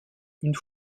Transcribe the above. une